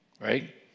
Right